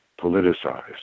politicized